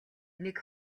нэг